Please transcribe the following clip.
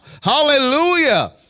hallelujah